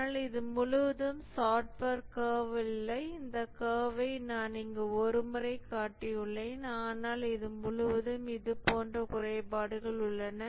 ஆனால் இது முழுவதும் சாப்ட்வேர் கர்வ் அல்ல இந்த கர்வ்வை நான் இங்கு ஒரு முறை காட்டியுள்ளேன் ஆனால் இது முழுவதும் இது போன்ற குறைபாடுகள் உள்ளன